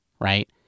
right